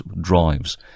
drives